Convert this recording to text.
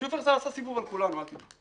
שופרסל עושה סיבוב על כולנו, אל תדאג.